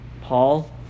Paul